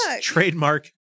trademark